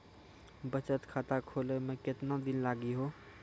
बचत खाता खोले मे केतना दिन लागि हो?